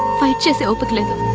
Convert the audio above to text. i just